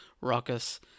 raucous